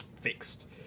fixed